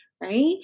right